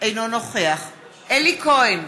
אינו נוכח אלי כהן,